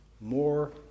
more